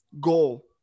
goal